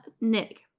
Nick